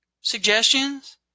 suggestions